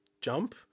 jump